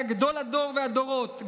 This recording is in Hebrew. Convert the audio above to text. היה גדול הדור והדורות,